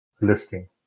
listing